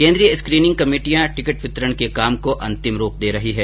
केन्द्रीय स्क्रीनिंग कमेटियां टिकिट वितरण के काम को अंतिम रूप दे रही है